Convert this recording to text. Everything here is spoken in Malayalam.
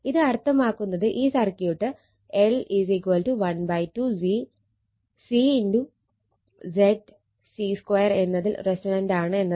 ഇത് അർത്ഥമാക്കുന്നത് ഈ സർക്യൂട്ട് L 12 C ZC2 എന്നതിൽ റെസൊണന്റാണ് എന്നതാണ്